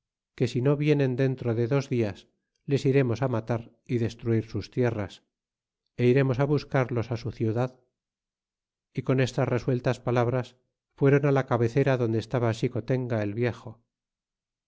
que si no vienen dentro de dos dias les iremos á matar y destruir sus tierras y irémos buscarlos su ciudad y con estas resueltas palabras fueron á la cabecera donde estaba xicotenga el viejo